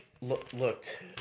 Looked